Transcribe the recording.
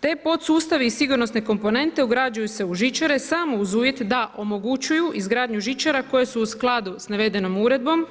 Te podsustave i sigurnosne komponente ugrađuju se u žičare samo uz uvjet da omogućuju izgradnju žičara koje su u skladu sa navedenom uredbom